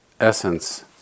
essence